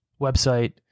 website